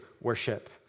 worship